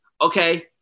okay